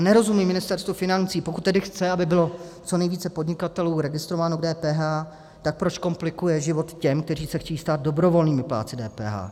Nerozumím Ministerstvu financí, pokud tedy chce, aby bylo co nejvíce podnikatelů registrováno v DPH, tak proč komplikuje život těm, kteří se chtějí stát dobrovolnými plátci DPH.